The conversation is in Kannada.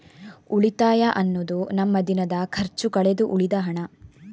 ಉಳಿತಾಯ ಅನ್ನುದು ನಮ್ಮ ದಿನದ ಖರ್ಚು ಕಳೆದು ಉಳಿದ ಹಣ